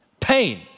pain